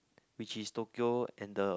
which is Tokyo and the